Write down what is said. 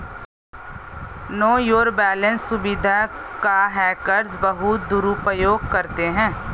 no your balance सुविधा का hackers बहुत दुरुपयोग करते हैं